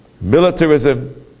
militarism